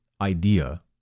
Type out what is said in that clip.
idea